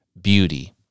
beauty